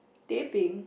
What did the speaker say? teh peng